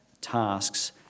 tasks